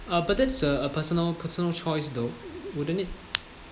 uh but that's a a personal personal choice though wouldn't it